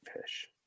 fish